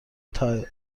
تالین